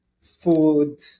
food